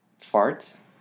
Farts